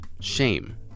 Shame